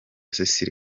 cecile